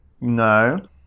No